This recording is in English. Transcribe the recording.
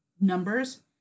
numbers